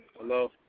Hello